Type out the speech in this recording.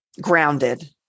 grounded